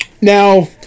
now